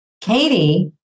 Katie